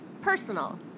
personal